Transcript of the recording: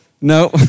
No